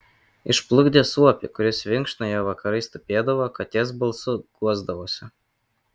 išplukdė suopį kuris vinkšnoje vakarais tupėdavo katės balsu guosdavosi